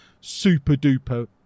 super-duper